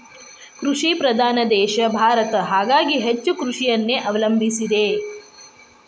ಕೃಷಿ ಪ್ರಧಾನ ದೇಶ ಭಾರತ ಹಾಗಾಗಿ ಹೆಚ್ಚ ಕೃಷಿಯನ್ನೆ ಅವಲಂಬಿಸಿದೆ